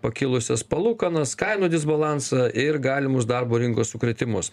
pakilusias palūkanas kainų disbalansą ir galimus darbo rinkos sukrėtimus